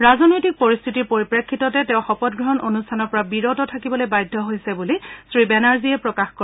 ৰাজনৈতিক পৰিস্থিতিৰ পৰিপ্ৰেক্ষিততে তেওঁ শপত গ্ৰহণ অনুষ্ঠানৰ পৰা বিৰত থাকিবলৈ বাধ্য হৈছে বুলি শ্ৰীমতী বেনাৰ্জীয়ে প্ৰকাশ কৰে